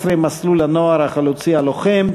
17) (מסלול הנוער החלוצי הלוחם),